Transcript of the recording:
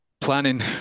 planning